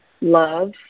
love